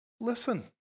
listen